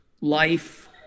life